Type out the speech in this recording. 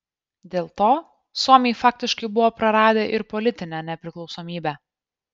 dėl to suomiai faktiškai buvo praradę ir politinę nepriklausomybę